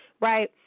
right